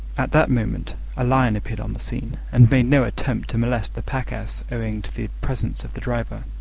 at that moment a lion appeared on the scene, and made no attempt to molest the pack-ass owing to the presence of the driver